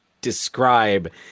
describe